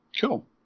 Cool